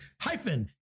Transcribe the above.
Hyphen